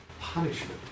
punishment